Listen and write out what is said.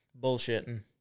bullshitting